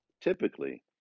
typically